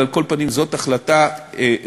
אבל על כל פנים זאת החלטה מערכתית